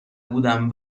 بودم